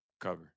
cover